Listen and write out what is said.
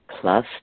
plus